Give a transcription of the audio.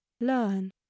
Learn